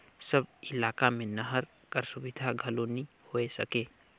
सब इलाका मे नहर कर सुबिधा घलो नी होए सके